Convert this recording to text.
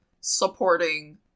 supporting